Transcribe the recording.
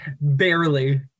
barely